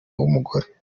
w’umugore